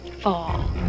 fall